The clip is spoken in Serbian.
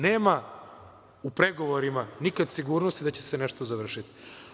Nema u pregovorima nikad sigurnosti da će se nešto završiti.